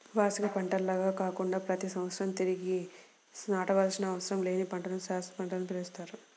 వార్షిక పంటల్లాగా కాకుండా ప్రతి సంవత్సరం తిరిగి నాటవలసిన అవసరం లేని పంటలను శాశ్వత పంటలని పిలుస్తారు